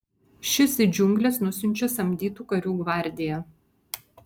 šis į džiungles nusiunčia samdytų karių gvardiją